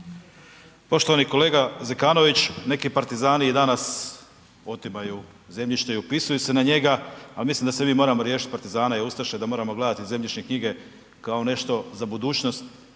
Poštovani kolega Zekanović, neki partizani i danas otimaju zemljište i upisuju se na njega, ali mislim da se mi moramo riješiti partizana i ustaša, da moramo gledati zemljišne knjige kao nešto za budućnost